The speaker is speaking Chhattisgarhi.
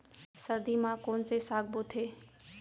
सर्दी मा कोन से साग बोथे?